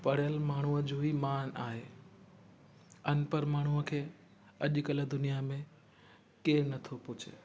पढ़ियलु माण्हूंअ जो ई मानु आहे अनपढ़ माण्हूंअ खे अॼकल्ह दुनिया में केरु नथो पुछे